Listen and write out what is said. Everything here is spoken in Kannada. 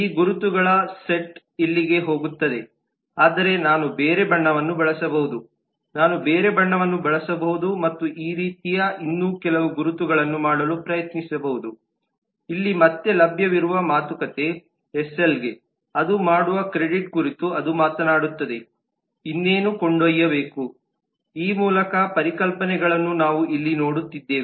ಈ ಗುರುತುಗಳ ಸೆಟ್ ಇಲ್ಲಿಗೆ ಹೋಗುತ್ತದೆ ಆದರೆ ನಾನು ಬೇರೆ ಬಣ್ಣವನ್ನು ಬಳಸಬಹುದು ನಾನು ಬೇರೆ ಬಣ್ಣವನ್ನು ಬಳಸಬಹುದು ಮತ್ತು ಈ ರೀತಿಯ ಇನ್ನೂ ಕೆಲವು ಗುರುತುಗಳನ್ನು ಮಾಡಲು ಪ್ರಯತ್ನಿಸಬಹುದು ಇಲ್ಲಿ ಮತ್ತೆ ಲಭ್ಯವಿರುವ ಮಾತುಕತೆ ಎಸ್ಎಲ್ಗೆ ಅದು ಮಾಡುವ ಕ್ರೆಡಿಟ್ ಕುರಿತು ಅದು ಮಾತನಾಡುತ್ತದೆ ಇನ್ನೇನು ಕೊಂಡೊಯ್ಯಬೇಕು ಈ ಮೂಲ ಪರಿಕಲ್ಪನೆಗಳನ್ನು ನಾವು ಇಲ್ಲಿ ನೋಡುತ್ತಿದ್ದೇವೆ